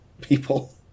people